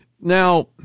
Now